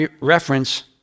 reference